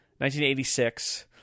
1986